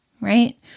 right